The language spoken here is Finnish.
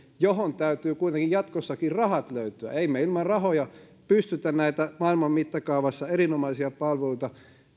johon täytyy kuitenkin jatkossakin rahat löytyä emme me ilman rahoja pysty näitä maailman mittakaavassa erinomaisia palveluita